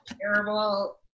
terrible